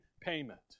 payment